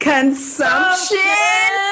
Consumption